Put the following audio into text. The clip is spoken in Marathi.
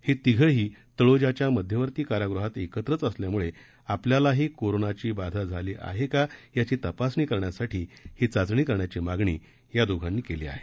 हे तिघंही तळोज्याच्या मध्यवर्ती कारागृहात एकत्रच असल्यामुळे आपल्यालाही कोरोनाची बाधा झाली आहे का याची तपासणी करण्यासाठी ही चाचणी करण्याची मागणी या दोघांनी केली आहे